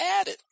added